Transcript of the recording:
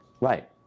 Right